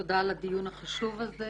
תודה עבור קיום הדיון החשוב הזה.